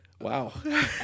wow